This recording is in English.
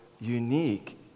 unique